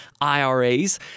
IRAs